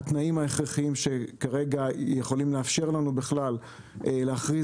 התנאים ההכרחיים שכרגע יכולים לאפשר לנו בכלל להכריז